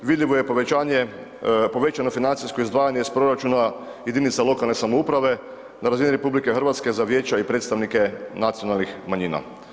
G. vidljivo je povećano financijsko izdvajanje iz proračuna jedinica lokalne samouprave na razini RH za vijeća i predstavnike nacionalnih manjina.